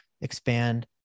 expand